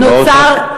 נוצר עיוות אדיר,